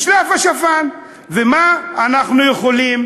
ומה אנחנו יכולים,